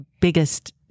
biggest